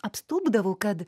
apstulbdavau kad